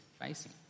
facing